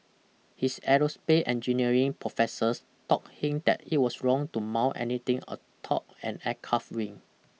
his aerospace engineering professors taught him that it was wrong to mount anything atop an aircraft wing